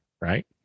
right